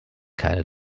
keine